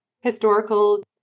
historical